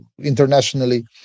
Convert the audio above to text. internationally